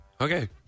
Okay